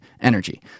energy